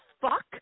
fuck